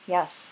Yes